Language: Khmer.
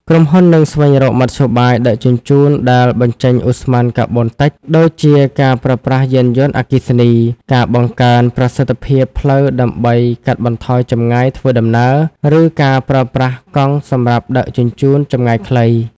ក្រុមហ៊ុននឹងស្វែងរកមធ្យោបាយដឹកជញ្ជូនដែលបញ្ចេញឧស្ម័នកាបូនតិច ដូចជាការប្រើប្រាស់យានយន្តអគ្គិសនី ការបង្កើនប្រសិទ្ធភាពផ្លូវដើម្បីកាត់បន្ថយចម្ងាយធ្វើដំណើរ ឬការប្រើប្រាស់កង់សម្រាប់ដឹកជញ្ជូនចម្ងាយខ្លី។